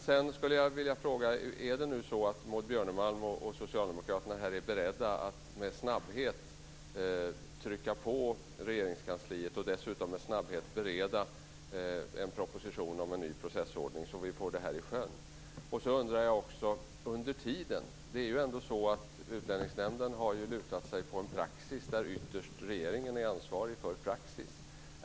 Sedan skulle jag vilja fråga om Maud Björnemalm och Socialdemokraterna är beredda att med snabbhet trycka på Regeringskansliet och dessutom med snabbhet bereda en proposition om en ny processordning, så vi får detta i sjön. Dessutom undrar jag hur det blir under tiden. Utlänningsnämnden har ju lutat sig på en praxis där regeringen ytterst är ansvarig för praxis.